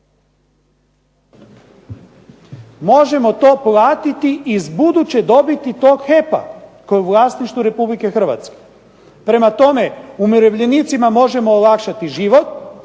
možemo to platiti iz buduće dobiti tog HEP-a koji je u vlasništvu Republike Hrvatske. Prema tome umirovljenicima možemo olakšati život,